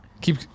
Keep